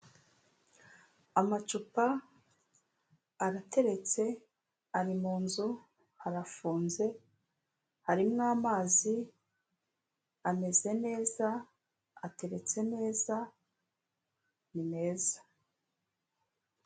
Amacupa arateretse ari munzu harafunze harimo amazi ameze neza ateretse neza ni meza.